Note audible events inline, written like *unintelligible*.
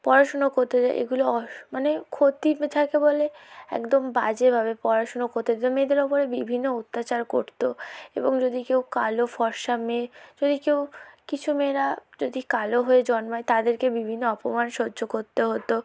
পড়াশুনো করতে *unintelligible* এগুলো *unintelligible* মানে ক্ষতি থাকে বলে একদম বাজেভাবে পড়াশুনো করতে দিত *unintelligible* মেয়েদের ওপরে বিভিন্ন অত্যাচার করত এবং যদি কেউ কালো ফরসা মেয়ে যদি কেউ কিছু মেয়েরা যদি কালো হয়ে জন্মায় তাদেরকে বিভিন্ন অপমান সহ্য করতে হত